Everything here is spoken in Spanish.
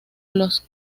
los